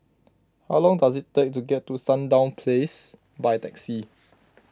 how long does it take to get to Sandown Place by taxi